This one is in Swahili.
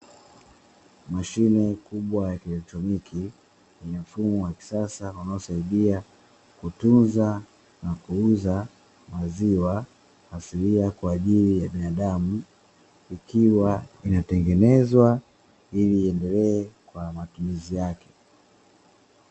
Mashine kubwa ya kielotroniki inamfumo wa kisasa unaosahidia kutunza na kuuza maziwa asilia kwaajili ya binadamu ikiwa inatengezwa ili iendelee na matumizi yake.